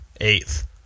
Eighth